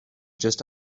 just